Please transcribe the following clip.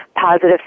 positive